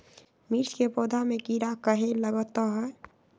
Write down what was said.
मिर्च के पौधा में किरा कहे लगतहै?